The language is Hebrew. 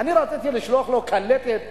אני רציתי לשלוח לו קלטת